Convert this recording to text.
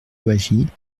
louwagie